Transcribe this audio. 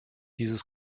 dieses